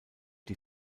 die